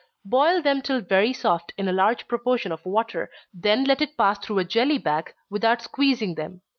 boil them till very soft, in a large proportion of water then let it pass through a jelly-bag, without squeezing them.